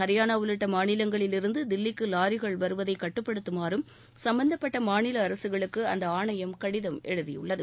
ஹரியானா உள்ளிட்ட மாநிலங்களிலிருந்து தில்லிக்கு பிரசேதம் லாரிகள் உத்தர வருவதை கட்டுப்படுத்துமாறும் சம்பந்தப்பட்ட மாநில அரசுகளுக்கு அந்த ஆணையம் கடிதம் எழுதியுள்ளது